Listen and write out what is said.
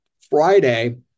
Friday